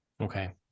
Okay